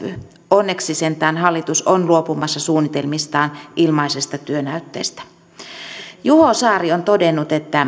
onneksi sentään hallitus on luopumassa suunnitelmistaan ilmaisesta työnäytteestä juho saari on todennut että